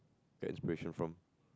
that's special form